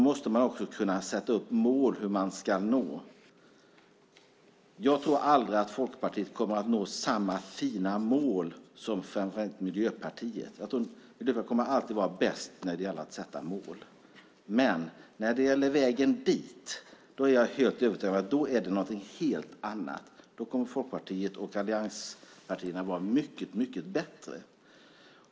Jag tror inte att Folkpartiet någonsin kommer att sätta upp samma fina mål som framför allt Miljöpartiet gör. Miljöpartiet kommer alltid att vara bäst när det gäller att sätta upp mål. Men när det gäller vägen dit är jag alldeles övertygad om att det är någonting helt annat. Då kommer Folkpartiet och allianspartierna att vara mycket bättre.